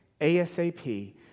ASAP